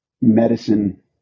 medicine